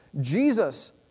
Jesus